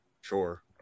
Sure